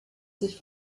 sich